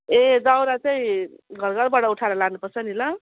ए दाउरा चाहिँ घर घरबाट उठाएर लानु पर्छ नि ल